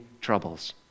troubles